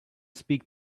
speak